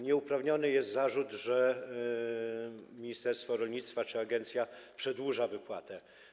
Nieuprawniony jest zarzut, że ministerstwo rolnictwa czy agencja przedłuża wypłatę.